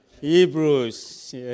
Hebrews